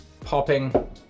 popping